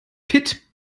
pit